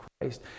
Christ